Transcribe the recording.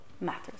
matters